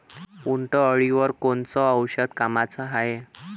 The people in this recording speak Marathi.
उंटअळीवर कोनचं औषध कामाचं हाये?